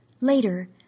Later